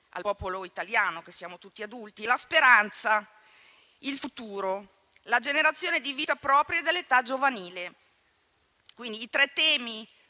al popolo italiano visto che siamo tutti adulti) e la speranza, il futuro, la generazione di vita propria dell'età giovanile. I tre temi